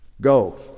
Go